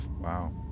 Wow